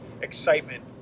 excitement